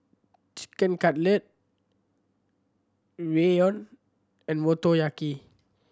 Chicken Cutlet Ramyeon and Motoyaki